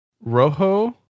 Rojo